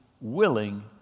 willing